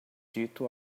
dito